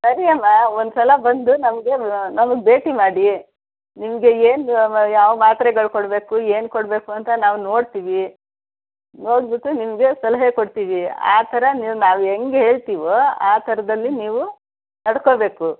ಸರಿಯಮ್ಮ ಒಂದು ಸಲ ಬಂದು ನಮಗೆ ನಮ್ಗೆ ಭೇಟಿ ಮಾಡಿ ನಿಮಗೆ ಏನು ವ ಯಾವ ಮಾತ್ರೆಗಳು ಕೊಡಬೇಕು ಏನು ಕೊಡಬೇಕು ಅಂತ ನಾವು ನೊಡ್ತೀವಿ ನೋಡಿಬಿಟ್ಟು ನಿಮಗೆ ಸಲಹೆ ಕೊಡ್ತೀವಿ ಆ ಥರ ನೀವು ನಾವು ಹೆಂಗ್ ಹೇಳ್ತೀವೋ ಆ ಥರದಲ್ಲಿ ನೀವು ನಡ್ಕೋಬೇಕು